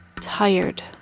tired